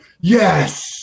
yes